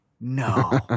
No